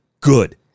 good